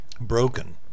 broken